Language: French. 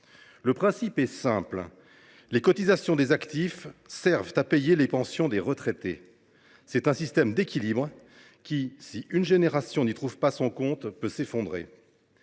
Le principe est simple : les cotisations des actifs servent à payer les pensions des retraités. C’est un système d’équilibre qui, si une génération n’y trouve pas son compte, peut s’effondrer.